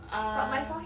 uh